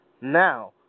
Now